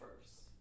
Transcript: first